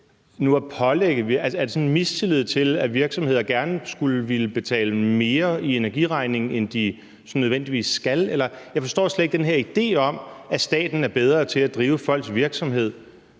sådan en mistillid til, at virksomheder gerne skulle ville betale mere i energiregning, end de nødvendigvis skal? Jeg forstår slet ikke den her idé om, at staten er bedre til at drive folks virksomhed,